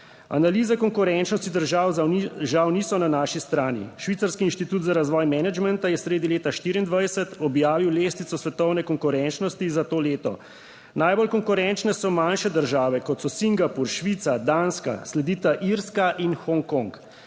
Analize konkurenčnosti držav žal niso na naši strani. Švicarski inštitut za razvoj menedžmenta je sredi leta 2024 objavil lestvico svetovne konkurenčnosti za to leto; najbolj konkurenčne so manjše države kot so Singapur, Švica, Danska, sledita Irska in Hongkong.